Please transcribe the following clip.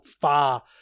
far